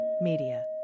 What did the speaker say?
media